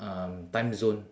um timezone